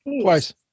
twice